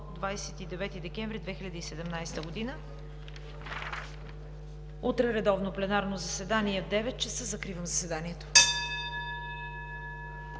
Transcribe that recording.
29 декември 2017 г. Утре – редовно пленарно заседание в 9,00 ч. Закривам заседанието.